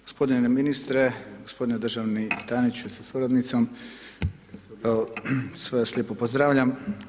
Gospodine ministre, gospodine državni tajniče sa suradnicom, sve vas lijepo pozdravljam.